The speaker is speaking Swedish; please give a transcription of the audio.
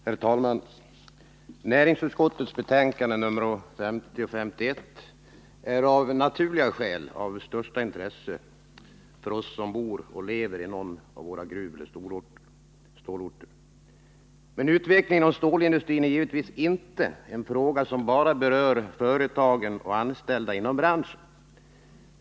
Herr talman! Näringsutskottets betänkanden 50 och 51 är av naturliga skäl av största intresse för oss som bor och lever i någon av våra gruveller stålorter. Men utvecklingen inom stålindustrin är givetvis inte en fråga som berör bara företagen och de anställda inom branschen.